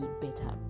better